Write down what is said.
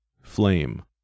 Flame